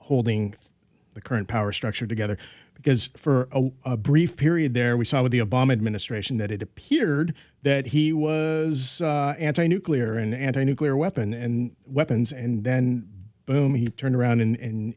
holding the current power structure together because for a brief period there we saw with the obama administration that it appeared that he was anti nuclear and anti nuclear weapon and weapons and then boom he turned around